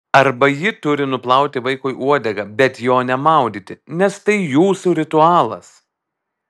arba ji turi nuplauti vaikui uodegą bet jo nemaudyti nes tai jūsų ritualas